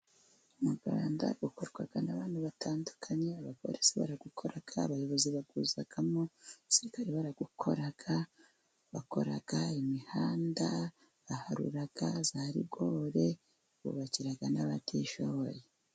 Umuganda ukorwa n'abantu batandukanye, abapolisi barawukora, abayobozi bawuzamo, abasirikare barawukora, bakora imihanda, baharura za rigore, bubakira n'abatishoboye.